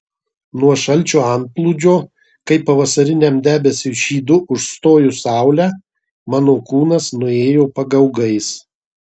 nuo šalčio antplūdžio kaip pavasariniam debesiui šydu užstojus saulę mano kūnas nuėjo pagaugais